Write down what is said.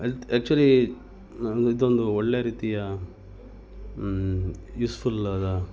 health actually ನಾನು ಇದೊಂದು ಒಳ್ಳೆಯ ರೀತಿಯ ಯೂಸ್ಫುಲ್ಲಾದ